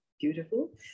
Beautiful